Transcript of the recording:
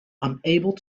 unable